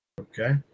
Okay